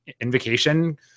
invocation